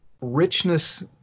richness